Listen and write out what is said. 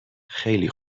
خیلی